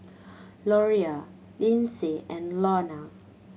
Loria Linsey and Lorna